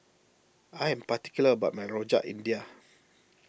I am particular about my Rojak India